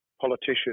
politician